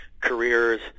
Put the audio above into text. careers